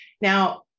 Now